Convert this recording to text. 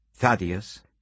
Thaddeus